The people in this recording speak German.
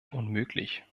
unmöglich